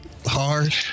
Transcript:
Hard